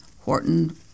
Horton